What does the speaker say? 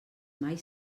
mai